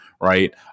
Right